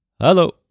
Hello